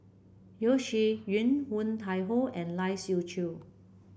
Yeo Shih Yun Woon Tai Ho and Lai Siu Chiu